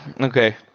Okay